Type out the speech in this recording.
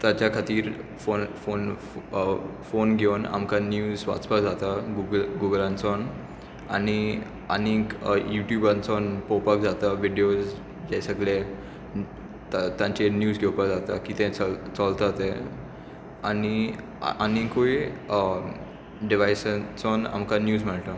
ताच्या खातीर फो फो फोन घेवन आमकां निव्ज वाचपाक जाता गुगला गुगलांसोन आनी आनींक युट्युबांसून पोवपाक जाता विडीओज हें सोगलें तांचे निव्ज घेवपा जाता किदें चोलतां तें आनी आनिकूय डिवायसासून आमकां निवज मेळटा